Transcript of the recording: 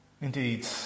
Indeed